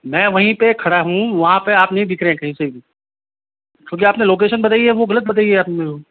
मै वहीं पर खड़ा हूँ वहाँ पर आप नहीं दिख रहे कहीं से क्योंकि आपने लोकेशन बताई है वो गलत बताई है आपने वो